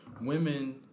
women